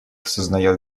сознает